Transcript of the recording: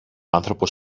άνθρωπος